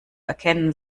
erkennen